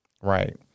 Right